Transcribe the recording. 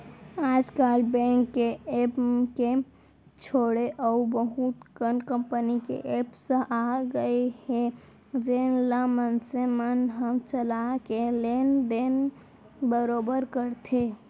आज काल बेंक के ऐप के छोड़े अउ बहुत कन कंपनी के एप्स आ गए हे जेन ल मनसे मन ह चला के लेन देन बरोबर करथे